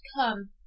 come